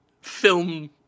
film